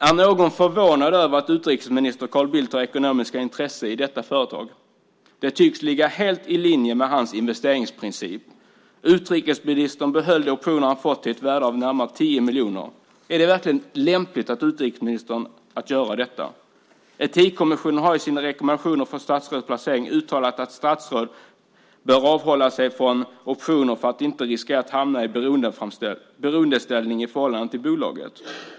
Är någon förvånad över att utrikesminister Carl Bildt har ekonomiska intressen i detta företag? Det tycks ligga helt i linje med hans investeringsprincip. Utrikesministern behöll de optioner han fått - till ett värde av närmare 10 miljoner. Är det verkligen lämpligt av utrikesministern att göra så? Etikkommissionen har i sina rekommendationer för statsråds placeringar uttalat att statsråd bör avhålla sig från optioner för att inte riskera att hamna i beroendeställning i förhållande till bolaget.